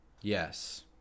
Yes